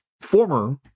former